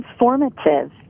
transformative